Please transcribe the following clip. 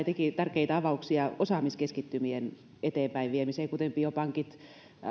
teki tärkeitä avauksia osaamiskeskittymien kuten biopankit